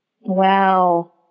Wow